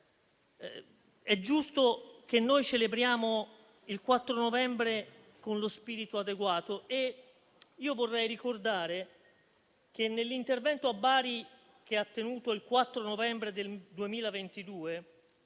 è giusto che noi celebriamo il 4 novembre con lo spirito adeguato. Vorrei ricordare che, nell'intervento che ha tenuto a Bari il 4 novembre 2022,